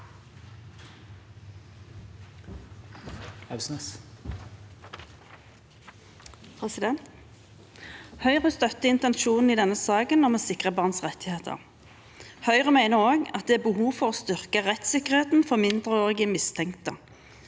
Høyre støtter intensjonen i denne saken om å sikre barns rettigheter. Høyre mener òg at det er behov for å styrke rettssikkerheten for mindreårige mistenkte.